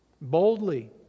Boldly